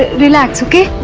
relax, okay?